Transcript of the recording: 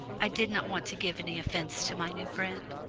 i did not want to give any offence to my new friend.